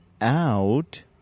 out